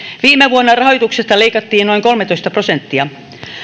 viime vuonna rahoituksesta leikattiin noin kolmetoista prosenttia